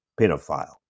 pedophile